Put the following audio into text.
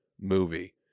movie